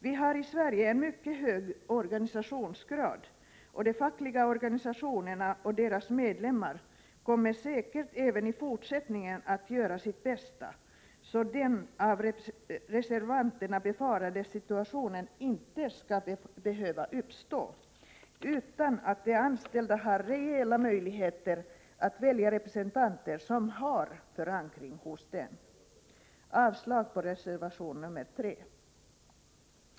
Vi har i Sverige en mycket hög organisationsgrad, och de fackliga organisationerna och deras medlemmar kommer säkert även i fortsättningen att göra sitt bästa, så att den av reservanterna befarade situationen inte skall behöva uppstå utan att de anställda har rejäla möjligheter att välja representanter som har förankring hos dem. Avslag på reservation 3.